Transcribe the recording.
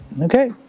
Okay